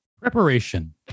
Preparation